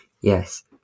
yes